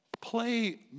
play